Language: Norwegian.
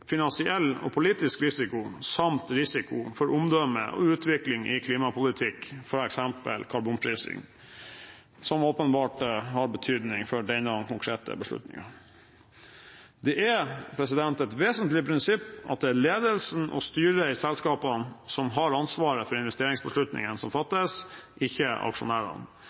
finansiell og politisk risiko eller risiko for omdømme og utvikling i klimapolitikk, f.eks. karbonprising, som åpenbart har betydning for denne konkrete beslutningen. Det er et vesentlig prinsipp at det er ledelsen og styret i selskapene som har ansvaret for investeringsbeslutningen som fattes, ikke aksjonærene.